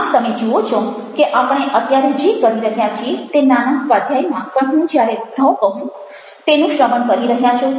આમ તમે જુઓ છો કે આપણે અત્યારે જે કરી રહ્યા છીએ તે નાના સ્વાધ્યાયમાં પણ હું જ્યારે ધ કહું તેનું શ્રવણ કરી રહ્યા છો